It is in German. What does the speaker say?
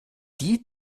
die